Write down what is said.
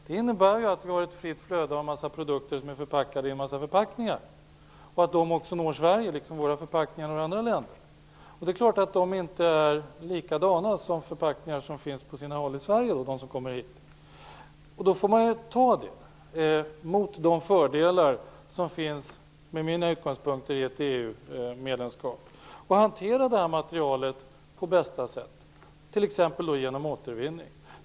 Det innebär ju att vi har ett fritt flöde av en mängd produkter som är förpackade i en mängd förpackningar och att andra länders förpackningar också når Sverige precis som våra förpackningar når andra länder. Det är klart att de förpackningar som kommer hit inte är likadana som förpackningar som finns på sina håll i Sverige. Det får man väga mot de fördelar som enligt mina utgångspunkter finns i ett EU-medlemskap och hantera materialet på bästa sätt, t.ex. genom återvinning.